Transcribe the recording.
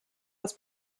das